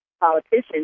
politicians